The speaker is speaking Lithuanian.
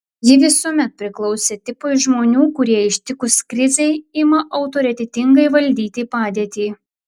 ji visuomet priklausė tipui žmonių kurie ištikus krizei ima autoritetingai valdyti padėtį